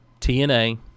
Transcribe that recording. TNA